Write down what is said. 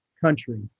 country